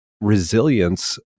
resilience